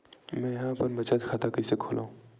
मेंहा अपन बचत खाता कइसे खोलव?